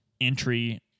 entry